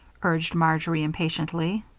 urged marjory, impatiently.